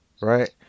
Right